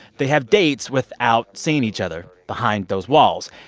they have dates without seeing each other behind those walls.